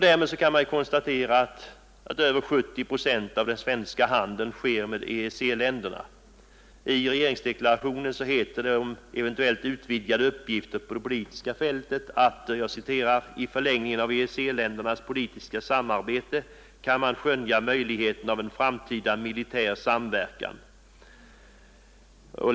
Därmed kan man konstatera att över 70 procent av den svenska handeln sker med EEC-länderna. I regeringsdeklarationen heter det om eventuellt utvidgade uppgifter på det politiska fältet: ”I förlängningen av EEC-ländernas politiska samarbete kan man skönja möjligheten av en framtida militär samverkan.